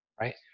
right